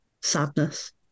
sadness